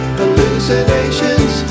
hallucinations